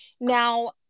Now